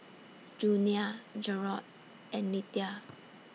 Junia Jerrod and Lethia